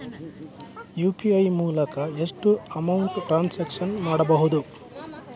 UPI ಮೂಲಕ ಎಷ್ಟು amount transaction ಮಾಡಬಹುದು?